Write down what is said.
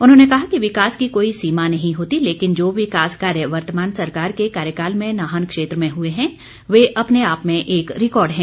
उन्होंने कहा कि विकास की कोई सीमा नहीं होती लेकिन जो विकास कार्य वर्तमान सरकार के कार्यकाल में नाहन क्षेत्र में हुए हैं वे अपने आप में एक रिकार्ड है